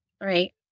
right